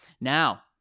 Now